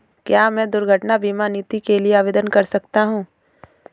क्या मैं दुर्घटना बीमा नीति के लिए आवेदन कर सकता हूँ?